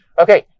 Okay